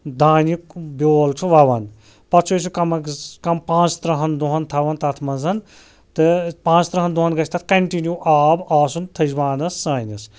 دانہِ بیول چھِ وَوان پَتہٕ چھُ أسۍ سُہ کَم اَگٔز کَم پانٛژھ تٔرٛہَن دۄہَن تھاوان تَتھ منٛز تہٕ پانٛژھ تٔرٛہَن دۄہَن گژھِ تتھ کَنٹِنیوٗ آب آسُن تھٔجوانَس سٲنِس